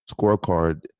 scorecard